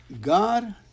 god